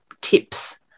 tips